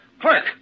Clerk